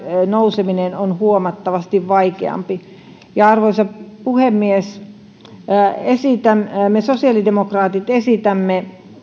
nouseminen on huomattavasti vaikeampaa arvoisa puhemies me sosiaalidemokraatit esitämme